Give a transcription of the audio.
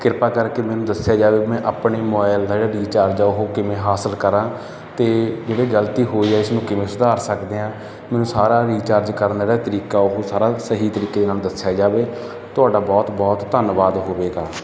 ਕਿਰਪਾ ਕਰਕੇ ਮੈਨੂੰ ਦੱਸਿਆ ਜਾਵੇ ਮੈਂ ਆਪਣੇ ਮੋਬਾਈਲ ਦਾ ਜਿਹੜਾ ਰੀਚਾਰਜ ਉਹ ਕਿਵੇਂ ਹਾਸਲ ਕਰਾਂ ਅਤੇ ਜਿਹੜੀ ਗਲਤੀ ਹੋਈ ਆ ਇਸਨੂੰ ਕਿਵੇਂ ਸੁਧਾਰ ਸਕਦੇ ਹਾਂ ਮੈਨੂੰ ਸਾਰਾ ਰੀਚਾਰਜ ਕਰਨ ਦਾ ਜਿਹੜਾ ਤਰੀਕਾ ਉਹ ਸਾਰਾ ਸਹੀ ਤਰੀਕੇ ਦੇ ਨਾਲ ਦੱਸਿਆ ਜਾਵੇ ਤੁਹਾਡਾ ਬਹੁਤ ਬਹੁਤ ਧੰਨਵਾਦ ਹੋਵੇਗਾ